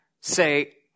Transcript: say